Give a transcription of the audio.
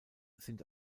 sind